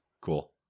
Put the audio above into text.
Cool